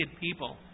people